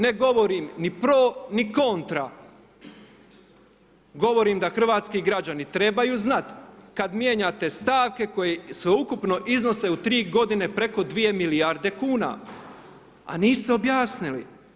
Ne govorim ni pro ni kontra, govorim da hrvatski građani trebaju znati kad mijenjate stavke koje sveukupno iznose u 3 godine preko 2 milijarde kuna a niste objasnili.